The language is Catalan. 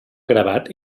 gravat